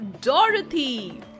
Dorothy